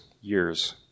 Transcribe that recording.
years